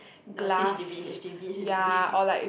the H_D_B H_D_B H_D_B